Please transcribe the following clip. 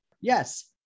Yes